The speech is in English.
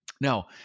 Now